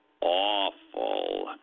awful